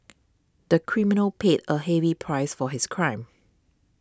the criminal paid a heavy price for his crime